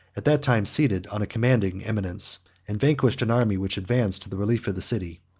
at that time seated on a commanding eminence and vanquished an army which advanced to the relief of the city.